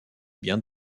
biens